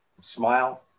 smile